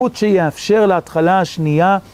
...שיאפשר להתחלה השנייה..